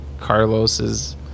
carlos's